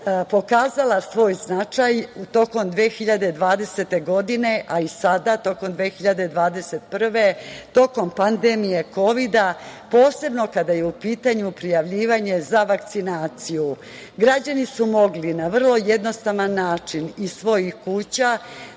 pokazala svoj značaj tokom 2020. godine, a i sada tokom 2021. godine, tokom pandemije kovida, posebno kada je u pitanju prijavljivanje za vakcinaciju. Građani su mogli na vrlo jednostavan način iz svojih kuća